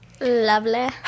Lovely